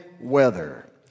Weather